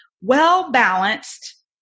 well-balanced